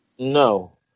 No